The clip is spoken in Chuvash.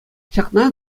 ҫакна